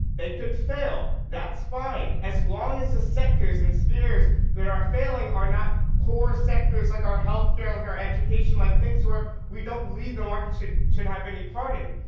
they could fail. that's fine, as long as the sectors and spheres that are failing are not core sectors like our healthcare, like our education, like things where we don't believe the market should should have any part in.